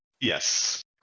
Yes